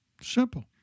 Simple